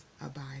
abide